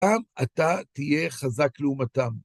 גם אתה תהיה חזק לעומתם.